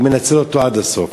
הוא מנצל אותו עד הסוף.